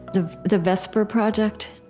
the the vesper project.